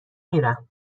میرم